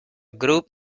group